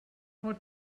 what